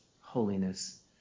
holiness